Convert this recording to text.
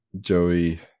Joey